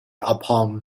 upon